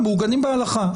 מעוגנים בהלכה?